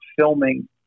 filming